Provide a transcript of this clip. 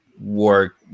work